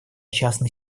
частный